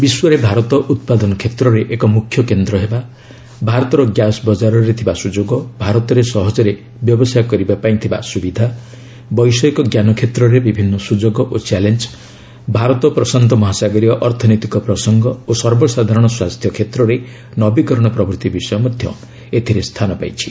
ବିଶ୍ୱରେ ଭାରତ ଉତ୍ପାଦନ କ୍ଷେତ୍ରରେ ଏକ ମୁଖ୍ୟକେନ୍ଦ୍ର ହେବା ଭାରତର ଗ୍ୟାସ୍ ବଜାରରେ ଥିବା ସୁଯୋଗ ଭାରତରେ ସହଜରେ ବ୍ୟବସାୟ କରିବା ପାଇଁ ଥିବା ସ୍ୱବିଧା ବୈଷୟିକ ଜ୍ଞାନ କ୍ଷେତ୍ରରେ ବିଭିନ୍ନ ସ୍ରଯୋଗ ଓ ଚ୍ୟାଲେଞ୍ଜ ଭାରତ ପ୍ରଶାନ୍ତ ମହାସାଗରୀୟ ଅର୍ଥନୈତିକ ପ୍ରସଙ୍ଗ ଓ ସର୍ବସାଧାରଣ ସ୍ୱାସ୍ଥ୍ୟକ୍ଷେତ୍ରରେ ନବୀକରଣ ପ୍ରଭୂତି ବିଷୟ ମଧ୍ୟ ଏଥିରେ ସ୍ଥାନ ପାଇଛି